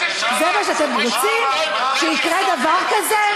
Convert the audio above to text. זה מה שאתם רוצים, שיקרה דבר כזה?